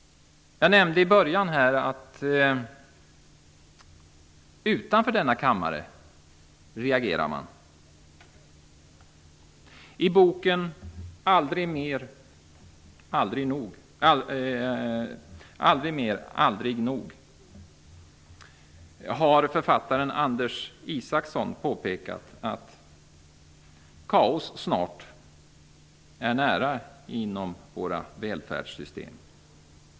Jag nämnde i början att man reagerar utanför denna kammare. I boken Aldrig mer, aldrig nog har författaren Anders Isaksson påpekat att kaos snart är nära inom våra välfärdssystem.